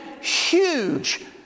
huge